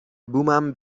بومم